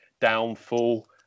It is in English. downfall